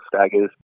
staggers